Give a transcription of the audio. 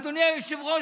אדוני היושב-ראש,